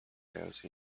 else